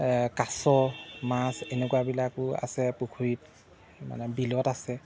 কাছ মাছ এনেকুৱাবিলাকো আছে পুখুৰীত মানে বিলত আছে